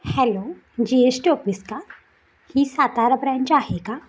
hello G S T office का ही Satara branch आहे का